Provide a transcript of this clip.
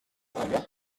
book